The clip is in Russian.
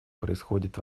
происходит